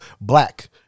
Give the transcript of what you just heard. black